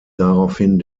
daraufhin